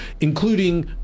including